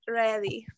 ready